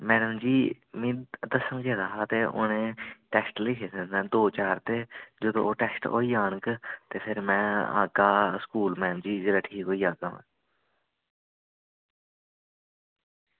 madam ji में दस्से दा ते उनें टेस्ट लिखे दे दौ चार ते जेल्लै ओह् टेस्ट होई जाङन ते फिर में आह्गा स्कूल मैम जी जेल्लै में ठीक होई जाह्गा